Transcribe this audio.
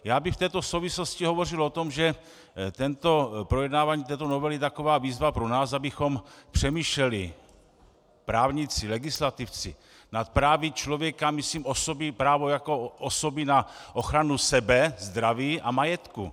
Já bych v této souvislosti hovořil o tom, že projednávání této novely je taková výzva pro nás, abychom přemýšleli právníci, legislativci nad právy člověka, myslím osobní, právo jako osoby na ochranu sebe, zdraví a majetku.